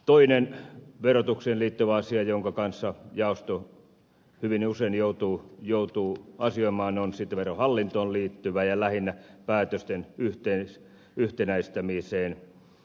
toinen verotukseen liittyvä asia jonka kanssa jaosto hyvin usein joutuu asioimaan on sitten verohallintoon liittyvä ja lähinnä päätösten yhtenäistämiseen